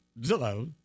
Zillow